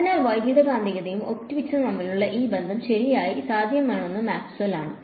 അതിനാൽ വൈദ്യുതകാന്തികവും ഒപ്റ്റിക്സും തമ്മിലുള്ള ഈ ബന്ധം ശരിക്കും സാധ്യമാക്കിയത് മാക്സ്വെൽ ആണ്